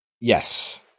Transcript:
Yes